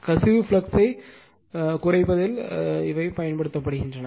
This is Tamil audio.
கசிவு ஃப்ளக்ஸ்யை குறைப்பதில் பயன்படுகின்றன